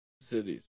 cities